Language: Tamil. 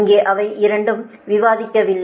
இங்கே அவை இரண்டும் விவாதிக்கவில்லை